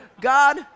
God